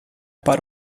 para